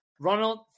Ronald